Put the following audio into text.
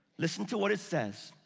listen to what it says.